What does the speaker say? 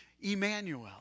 Emmanuel